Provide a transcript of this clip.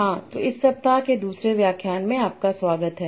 हाँ तो इस सप्ताह के दूसरे व्याख्यान में आपका स्वागत है